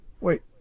Wait